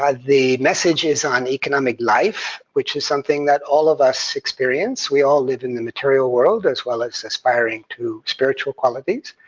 the message is on economic life, which is something that all of us experience. we all live in the material world, as well as aspiring to spiritual qualities,